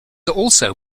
also